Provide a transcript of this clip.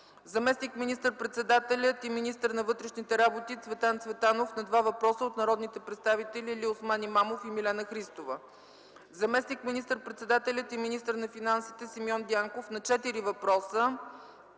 заместник министър-председателят и министър на вътрешните работи Цветан Цветанов на два въпроса от народните представители Алиосман Имамов и Милена Христова; - заместник министър-председателят и министър на финансите Симеон Дянков на четири въпроса